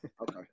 Okay